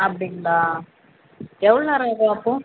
அப்படிங்களா எவ்வளோ நேரம் இது ஆகும்